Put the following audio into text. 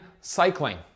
cycling